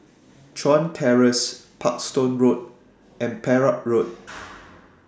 Chuan Terrace Parkstone Road and Perak Road